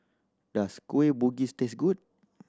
does Kueh Bugis taste good